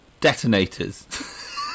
detonators